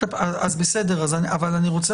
אבל אני רוצה